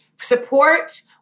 support